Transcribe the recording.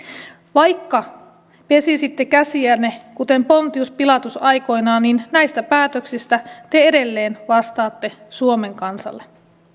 vaikka pesisitte käsiänne kuten pontius pilatus aikoinaan niin näistä päätöksistä te edelleen vastaatte suomen kansalle